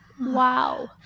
Wow